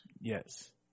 Yes